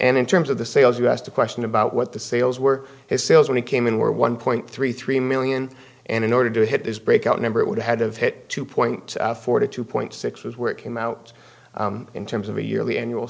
and in terms of the sales you asked a question about what the sales were his sales when he came in were one point three three million and in order to hit this breakout number it would had of hit two point four to two point six was where it came out in terms of a yearly annual